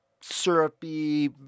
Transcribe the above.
syrupy